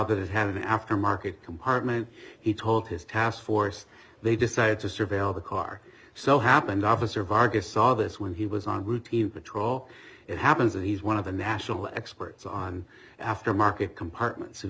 that it had an aftermarket compartment he told his taskforce they decided to surveil the car so happened officer vargas saw this when he was on routine patrol it happens and he's one of the national experts on aftermarket compartments